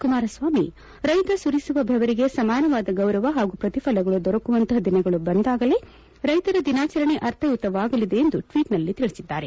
ಕುಮಾರಸ್ವಾಮಿ ರೈತ ಸುರಿಸುವ ಬೆವರಿಗೆ ಸಮಾನಾದ ಗೌರವ ಹಾಗೂ ಪ್ರತಿಫಲಗಳು ದೊರಕುವಂತಹ ದಿನಗಳು ಬಂದಾಗಲೇ ರೈತರ ದಿನಾಚರಣೆ ಅರ್ಥಯುತವಾಗಲಿದೆ ಎಂದು ಟ್ವೀಟ್ನಲ್ಲಿ ತಿಳಿಸಿದ್ದಾರೆ